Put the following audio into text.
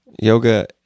yoga